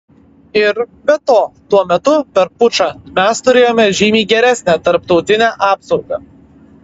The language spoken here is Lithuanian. ir be to tuo metu per pučą mes turėjome žymiai geresnę tarptautinę apsaugą